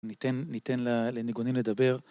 שלום